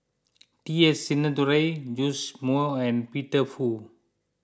T S Sinnathuray Joash Moo and Peter Fu